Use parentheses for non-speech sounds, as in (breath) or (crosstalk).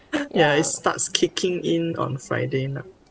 (breath) ya it starts kicking in on friday night